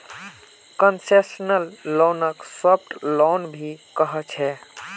concessional लोनक soft loan भी कह छे